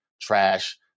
trash